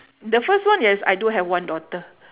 the first one yes I do have one daughter